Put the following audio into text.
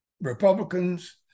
Republicans